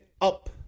up